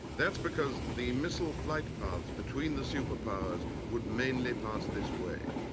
that's because the missile flight paths between the superpowers would mainly pass this way.